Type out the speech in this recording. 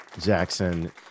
Jackson